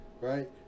right